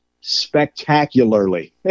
spectacularly